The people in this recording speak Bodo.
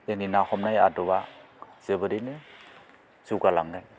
दिनै ना हमनाय आदबा जोबोरैनो जौगालाङो